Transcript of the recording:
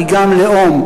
היא גם לאום,